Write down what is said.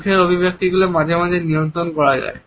মুখের অভিব্যক্তিগুলিও মাঝে মাঝে নিয়ন্ত্রণ করা যায়